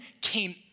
came